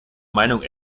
meinung